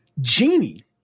Genie